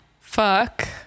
fuck